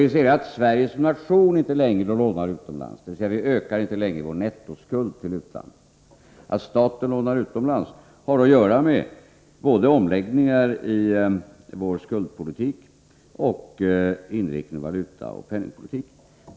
Vi säger att Sveriges nation inte längre lånar utomlands, dvs. vi ökar inte längre vår nettoskuld till utlandet. Att staten lånar utomlands har att göra med både omläggningar i vår skuldpolitik och inriktningen av valutaoch penningpolitiken.